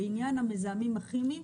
לעניין המזהמים הכימיים,